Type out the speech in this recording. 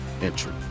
entry